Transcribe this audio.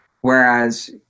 whereas